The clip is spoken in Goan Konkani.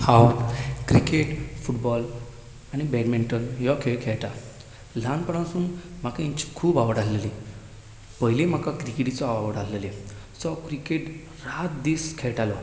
हांव क्रिकेट फुटबॉल आनी बॅडमिंटन हो खेळ खेळटां ल्हानपणासून म्हाका हांची खूब आवड आशिल्ली पयलीं म्हाका क्रिकेटीचो आवड आशिल्ली सो हांव क्रिकेट रात दीस खेळटालों